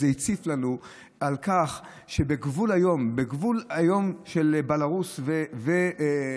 וזה הציף לנו את זה שהיום בגבול של בלארוס ואוקראינה,